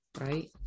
Right